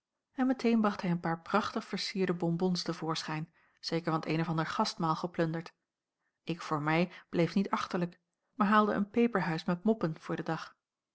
en meteen bracht hij een paar prachtig vercierde bonbons te voorschijn zeker van t een of ander gastmaal geplunderd ik voor mij bleef niet achterlijk maar haalde een peperhuis met moppen voor den dag